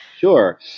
Sure